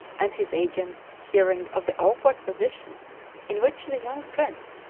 and his agent, hearing of the awkward position in which the young prince,